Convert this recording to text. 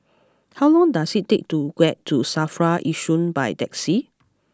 how long does it take to get to Safra Yishun by taxi